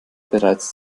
bereits